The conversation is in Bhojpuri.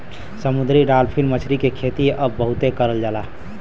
समुंदरी डालफिन मछरी के खेती अब बहुते करल जाला